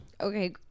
Okay